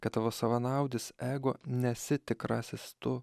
kad tavo savanaudis ego nesi tikrasis tu